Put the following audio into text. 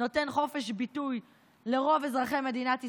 נותן חופש ביטוי לרוב אזרחי מדינת ישראל,